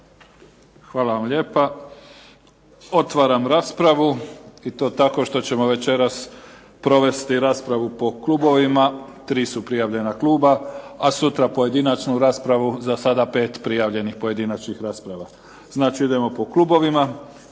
Hvala vam lijepa. Otvaram raspravu i to tako što ćemo večeras provesti raspravu po klubovima. Tri su prijavljena kluba a sutra pojedinačnu raspravu, za sada pet prijavljenih pojedinačnih rasprava. Znači idemo po klubovima.